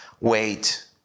wait